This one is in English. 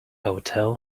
hotel